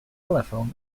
telephone